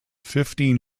fifteen